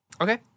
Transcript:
Okay